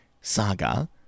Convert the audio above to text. saga